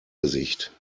gesicht